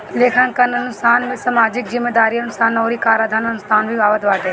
लेखांकन अनुसंधान में सामाजिक जिम्मेदारी अनुसन्धा अउरी कराधान अनुसंधान भी आवत बाटे